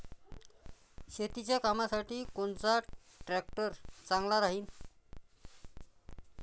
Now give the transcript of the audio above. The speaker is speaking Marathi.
शेतीच्या कामासाठी कोनचा ट्रॅक्टर चांगला राहीन?